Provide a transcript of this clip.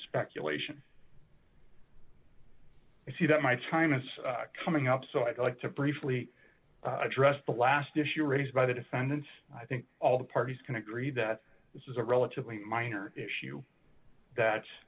speculation i see that my time is coming up so i'd like to briefly address the last issue raised by the defendants i think all the parties can agree that this is a relatively minor issue